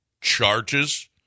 charges